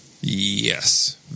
Yes